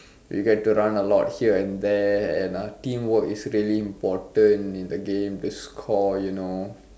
you get to run a lot here and there and uh teamwork is really important in the game to score you know